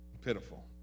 pitiful